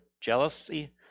jealousy